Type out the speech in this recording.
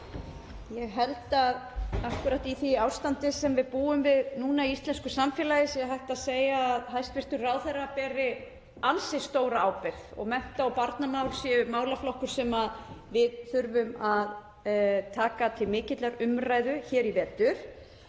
Ég held að í því ástandi sem við búum við í íslensku samfélagi sé hægt að segja að hæstv. ráðherra beri ansi stóra ábyrgð og að mennta- og barnamál séu málaflokkur sem við þurfum að taka til mikillar umræðu hér í vetur.